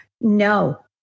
No